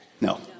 No